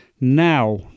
Now